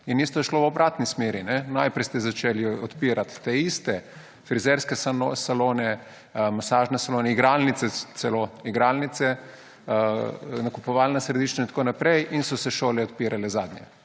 In isto je šlo v obratni smeri. Najprej ste začeli odpirati te iste frizerske salone, masažne salone, celo igralnice, igralnice, nakupovalna središča in tako naprej in so se šole odpirale zadnje.